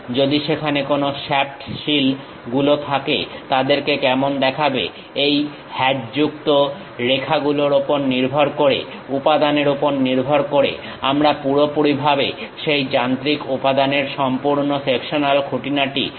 যদি সেখানে কোনো শ্যাফট সীল গুলো থাকে তাদেরকে কেমন দেখাবে এই হ্যাচযুক্ত রেখাগুলোর ওপর নির্ভর করে উপাদানের ওপর নির্ভর করে আমরা পুরোপুরি ভাবে সেই যান্ত্রিক উপাদানের সম্পূর্ণ সেকশনাল খুঁটিনাটি প্রকাশ করব